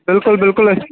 بِلکُل بِلکُل أسۍ